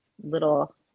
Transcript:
little